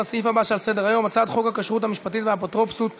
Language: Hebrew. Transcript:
לסעיף הבא שעל סדר-היום: הצעת חוק הכשרות המשפטית והאפוטרופסות (תיקון,